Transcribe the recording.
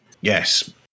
Yes